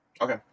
Okay